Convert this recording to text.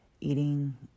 Eating